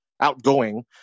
outgoing